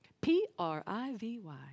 P-R-I-V-Y